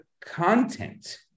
Content